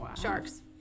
Sharks